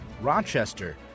Rochester